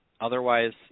otherwise